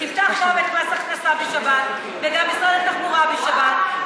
תפתח פה את מס הכנסה בשבת וגם משרד התחבורה בשבת,